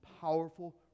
powerful